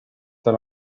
tal